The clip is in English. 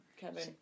Kevin